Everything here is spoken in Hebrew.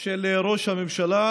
של ראש הממשלה,